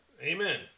Amen